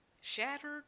shattered